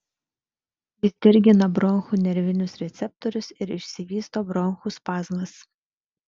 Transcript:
jis dirgina bronchų nervinius receptorius ir išsivysto bronchų spazmas